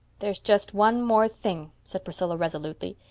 there's just one more thing, said priscilla resolutely.